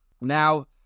now